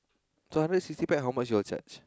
two hundred sixty pax how much you all charge